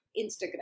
instagram